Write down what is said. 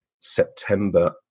September